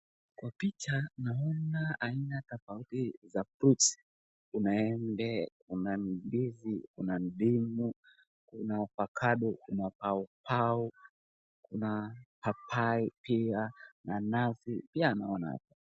Aina tofauti za fruits . Kuna embe, kuna ndizi, kuna ndimu, kuna ovacado , kuna pawpaw kuna papai pia na nazi pia naona.